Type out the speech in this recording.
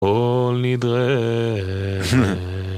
כל נדרי